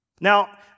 Now